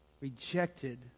Rejected